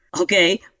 okay